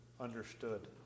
understood